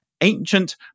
Ancient